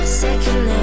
second